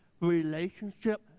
relationship